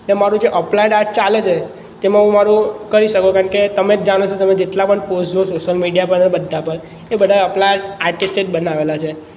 ને મારૂં જે અપલાઇડ આર્ટ ચાલે છે તેમાં હું મારૂં કરી શકું કેમકે તમે જ જાણો છો તમે જેટલાં પણ પોસ્ટ જોશો સોસ્યલ મીડિયા પર બધા પણ એ બધા અપલાર્ટ આર્ટિસ્ટે જ બનાવેલા છે